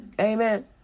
Amen